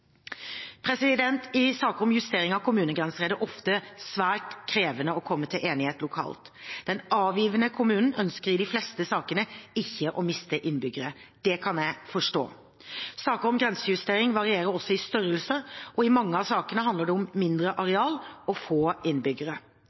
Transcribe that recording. I saker om justering av kommunegrenser er det ofte svært krevende å komme til enighet lokalt. Den avgivende kommunen ønsker i de fleste sakene ikke å miste innbyggere. Det kan jeg forstå. Saker om grensejustering varierer også i størrelse, og i mange av sakene handler det om mindre areal og få innbyggere.